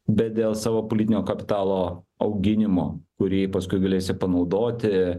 bet dėl savo politinio kapitalo auginimo kurį paskui galėsi panaudoti